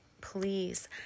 please